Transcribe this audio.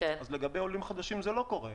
לגבי עולים חדשים זה לא קורה.